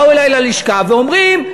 באו אלי ללשכה ואומרים: